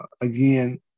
again